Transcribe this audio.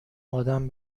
آدم